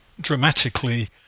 dramatically